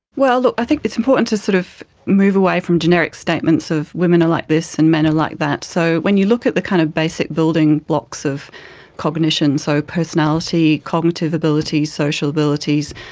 well look, i think it's important to sort of move away from generic statements of women are like this and men are like that. so when you look at the kind of basic building blocks of cognition, so personality, cognitive ability, social abilities,